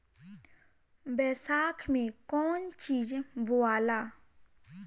बैसाख मे कौन चीज बोवाला?